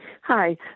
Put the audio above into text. Hi